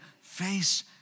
face